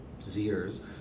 Zers